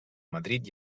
madrid